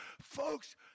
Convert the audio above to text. Folks